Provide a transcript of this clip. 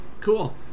Cool